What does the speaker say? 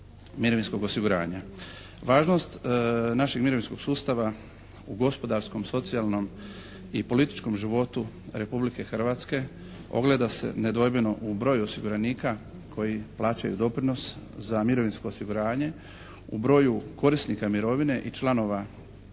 mirovinskog osiguranja. Važnost našeg mirovinskog sustava u gospodarskom, socijalnom i političkom životu Republike Hrvatske ogleda se nedvojbeno u broju osiguranika koji plaćaju doprinos za mirovinsko osiguranje u broju korisnika mirovine i članova